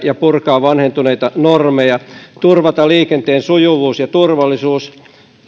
ja purkaa vanhentuneita normeja turvata liikenteen sujuvuus ja turvallisuus